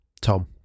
Tom